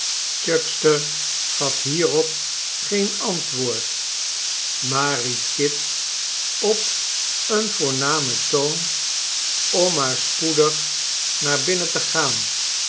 chuckster gaf hierop geen antwoord maar ried kit op een voornamen toon om maar spoedig naar binnen te gaan